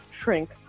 shrink